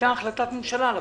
על הפרטה.